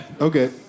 Okay